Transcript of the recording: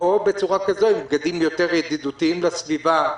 או עם בגדים יותר ידידותיים לסביבה?